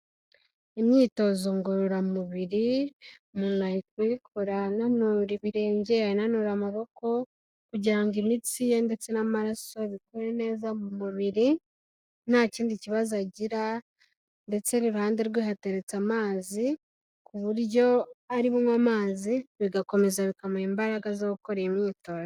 Imyitozo ngororamubiri, umuntu ari kuyikora ananura ibirenge, ananura amaboko, kugira ngo imitsi ye ndetse n'amaraso bikore neza mu mubiri nta kindi kibazo agira, ndetse n'iruhande rwe hateretse amazi, ku buryo ari bunywa amazi, bigakomeza bikamuha imbaraga zo gukora iyi myitozo.